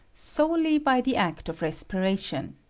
solely by the act of respiration.